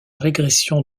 régression